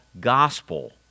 gospel